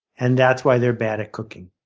and that's why they're bad at cooking.